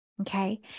Okay